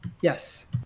yes